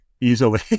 Easily